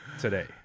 today